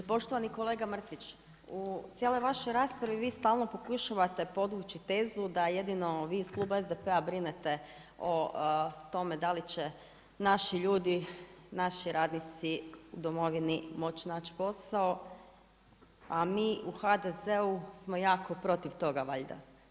Poštovani kolega Mrsić, u cijeloj vašoj raspravi, vi stalno pokušavate podvući tezu da jedino vi iz Kluba SDP-a brinete o tome da li će naši ljudi, naši radnici u domovini moći naći posao, a mi u HDZ-u smo jako protiv toga valjda.